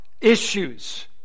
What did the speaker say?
issues